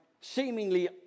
seemingly